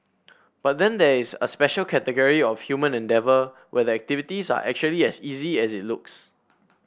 but then there is a special category of human endeavour where the activities are actually as easy as it looks